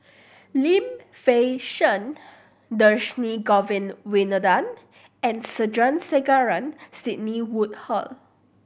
Lim Fei Shen Dhershini Govin Winodan and Sandrasegaran Sidney Woodhull